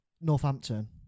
Northampton